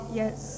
yes